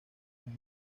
como